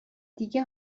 دیگه